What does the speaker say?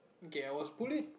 okay I was bullied